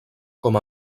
com